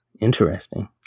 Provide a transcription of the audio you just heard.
Interesting